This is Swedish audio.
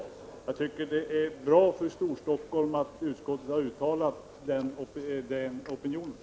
Det är bra för Storstockholm att utskottet har uttalat att man inte delar den uppfattningen.